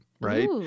right